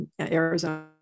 Arizona